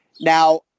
Now-